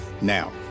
Now